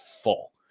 full